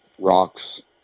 rocks